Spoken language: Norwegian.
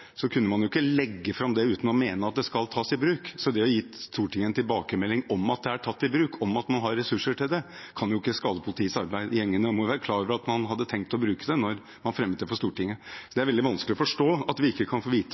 man ikke fram det uten å mene at det skulle tas i bruk. Det å gi Stortinget en tilbakemelding om at det er tatt i bruk, og om at man har ressurser til det, kan ikke skade politiets arbeid. Gjengene må være klar over at man hadde tenkt å bruke det da man fremmet det for Stortinget. Det er veldig vanskelig å forstå at vi ikke kan få vite